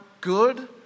good